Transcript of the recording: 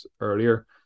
earlier